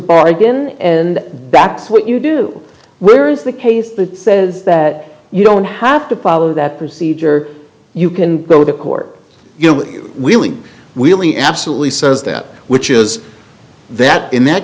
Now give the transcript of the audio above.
bargain and that's what you do where is the case that says that you don't have to follow that procedure you can go to court you know wheeling wheeling absolutely says that which is that in that